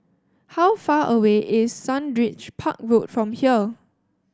how far away is Sundridge Park Road from here